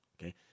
Okay